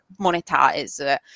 monetize